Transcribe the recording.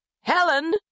Helen